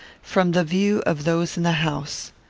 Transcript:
from the view of those in the house.